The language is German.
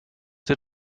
sie